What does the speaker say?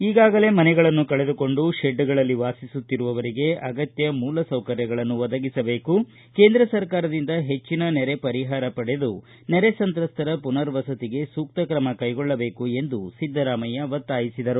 ಈಗಾಗಲೇ ಮನೆಗಳನ್ನು ಕಳೆದುಕೊಂಡು ಶೆಡ್ಗಳಲ್ಲಿ ವಾಸಿಸುತ್ತಿರುವವರಿಗೆ ಅಗತ್ಯ ಮೂಲಭೂತ ಸೌಕರ್ಯಗಳನ್ನು ಒದಗಿಸಬೇಕು ಕೇಂದ್ರ ಸರ್ಕಾರದಿಂದ ಹೆಚ್ಚನ ನೆರೆ ಪರಿಹಾರ ಪಡೆದು ನೆರೆ ಸಂತ್ರಸ್ತರ ಪುನರ್ ವಸತಿಗೆ ಸೂಕ್ತ ಕ್ರಮ ಕೈಗೊಳ್ಳಬೇಕು ಎಂದು ಅವರು ಹೇಳಿದರು